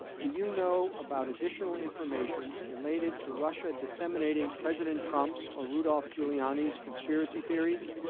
do you know about additional information related to russia disseminating president trump's or rudolph giuliani's conspiracy theories?